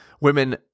women